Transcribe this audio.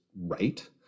right